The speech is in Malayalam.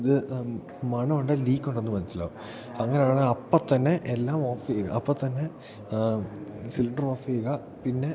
ഇത് മണം ഉണ്ടെങ്കിൽ ലീക്കുണ്ടെന്ന് മനസ്സിലാകും അങ്ങനെയാണ് അപ്പത്തന്നെ എല്ലാം അപ്പത്തന്നെ സിലിണ്ടർ ഓഫ് ചെയ്യുക പിന്നെ